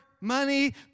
Money